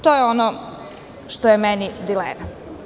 To je ono što je moja dilema.